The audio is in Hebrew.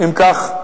אם כך,